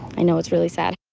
i know it's really sad.